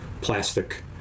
plastic